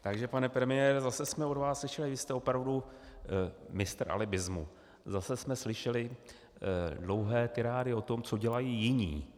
Takže pane premiére, zase jsme od vás slyšeli, vy jste opravdu mistr alibismu, zase jsme slyšeli dlouhé tirády o tom, co dělají jiní.